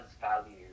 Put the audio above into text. value